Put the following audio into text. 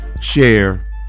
Share